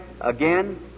again